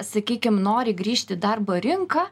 sakykim nori grįžt į darbo rinką